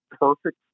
perfect